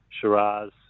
Shiraz